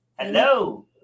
Hello